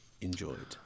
enjoyed